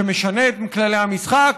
שמשנה את כללי המשחק,